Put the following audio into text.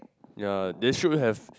ya they should have